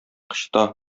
кычыта